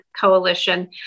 coalition